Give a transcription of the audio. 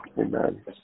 Amen